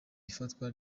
ifatwa